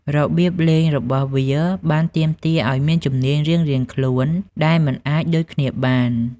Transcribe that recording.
របៀបលេងរបស់វាបានទាមទារឱ្យមានជំនាញរៀងៗខ្លួនដែលមិនអាចដូចគ្នាបាន។